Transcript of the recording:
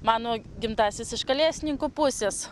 mano gimtasis iš kalesninkų pusės